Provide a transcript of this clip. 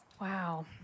Wow